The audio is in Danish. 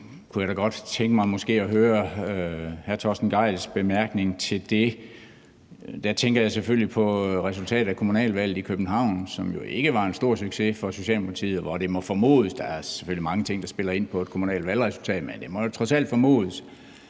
jeg da godt tænke mig måske at høre hr. Torsten Gejls bemærkning til det. Der tænker jeg selvfølgelig på resultatet af kommunalvalget i København, som jo ikke var en stor succes for Socialdemokratiet, og det må formodes – der er selvfølgelig mange ting, der spiller ind på et kommunalt valgresultatet – at bl.a.